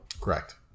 Correct